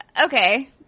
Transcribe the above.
okay